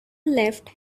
left